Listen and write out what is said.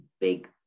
big